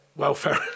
welfare